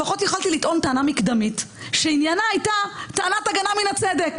לפחות יכולתי לטעון טענה מקדמית שעניינה הייתה טענת הגנה מן הצדק,